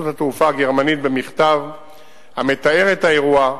התעופה הגרמנית במכתב המתאר את האירוע,